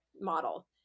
model